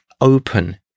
open